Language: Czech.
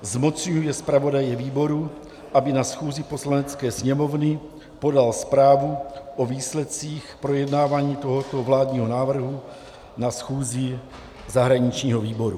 Zmocňuje zpravodaje výboru, aby na schůzi Poslanecké sněmovny podal zprávu o výsledcích projednávání tohoto vládního návrhu na schůzi zahraničního výboru.